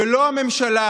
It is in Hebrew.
ולא את הממשלה.